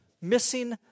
missing